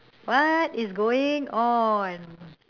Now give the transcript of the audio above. what is going on